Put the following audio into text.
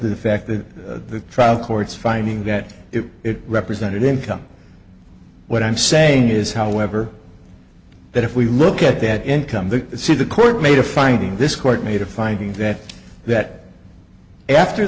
the fact that the trial court's finding that it represented income what i'm saying is however that if we look at that income to see the court made a finding this court made a finding that that after